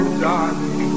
darling